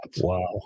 Wow